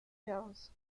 films